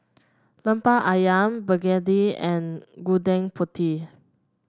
lemper ayam begedil and Gudeg Putih